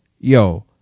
yo